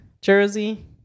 jersey